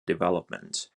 development